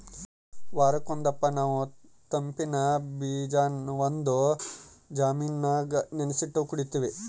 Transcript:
ವಾರುಕ್ ಒಂದಪ್ಪ ನಾವು ತಂಪಿನ್ ಬೀಜಾನ ಒಂದು ಜಾಮಿನಾಗ ನೆನಿಸಿಟ್ಟು ಕುಡೀತೀವಿ